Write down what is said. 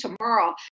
tomorrow